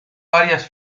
varias